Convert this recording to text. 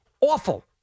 awful